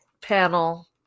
panel